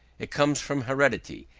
it comes from heredity,